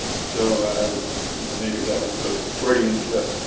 so you know maybe that was a freudian slip